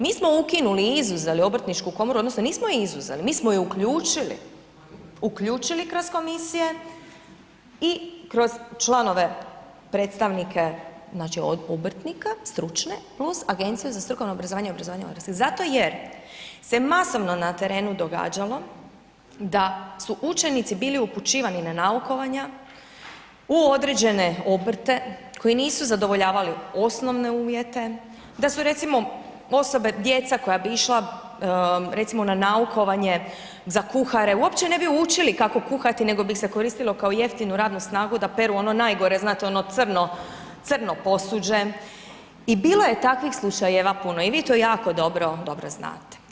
Mi smo ukinuli i izuzeli Obrtničku komoru, odnosno nismo je izuzeli, mi smo ju uključili, uključili kroz komisije i kroz članove, predstavnike obrtnika, stručne plus agencije za strukovno obrazovanje i obrazovanje odraslih zato jer se masovno na terenu događalo da su učenici bili upućivani na naukovanja u određene obrte koji nisu zadovoljavali osnovne uvjete, da su recimo osobe, djeca koja bi išla recimo na naukovanje za kuhare, uopće ne bi učili kako kuhati nego bi ih se koristilo kao jeftinu radnu snagu da peru ono najgore, znate ono crno posuđe i bilo je takvih slučajeva puno i vi to jako dobro, dobro znate.